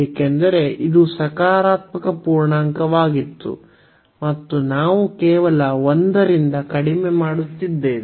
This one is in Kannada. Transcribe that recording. ಏಕೆಂದರೆ ಇದು ಸಕಾರಾತ್ಮಕ ಪೂರ್ಣಾಂಕವಾಗಿತ್ತು ಮತ್ತು ನಾವು ಕೇವಲ 1 ರಿಂದ ಕಡಿಮೆ ಮಾಡುತ್ತಿದ್ದೇವೆ